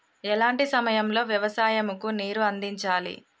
ఎలాంటి సమయం లో వ్యవసాయము కు నీరు అందించాలి?